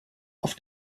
auf